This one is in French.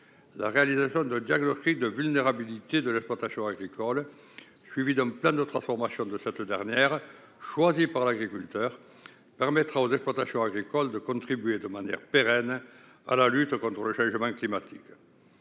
La réalisation d'un diagnostic de vulnérabilité de l'exploitation agricole et d'un plan de transformation de cette dernière, choisi par l'agriculteur, permettra aux exploitations agricoles de contribuer de manière pérenne à la lutte contre le changement climatique.